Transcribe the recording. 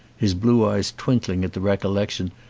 his blue eyes twinkling at the recollection,